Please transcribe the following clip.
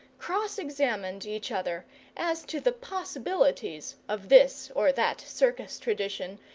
cross-examined each other as to the possibilities of this or that circus tradition,